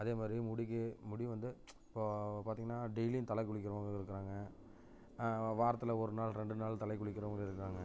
அதே மாதிரி முடிக்கு முடி வந்து இப்போது பார்த்திங்கன்னா டெய்லியும் தலை குளிக்கிறவர்களும் இருக்கிறாங்க வ வாரத்தில் ஒரு நாள் ரெண்டு நாள் தலைக்கு குளிக்கிறவர்களும் இருக்கிறாங்க